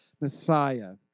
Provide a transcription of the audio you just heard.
Messiah